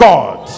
God